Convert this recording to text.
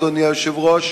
אדוני היושב-ראש,